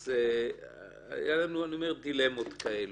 אז היו לנו דילמות כאלה,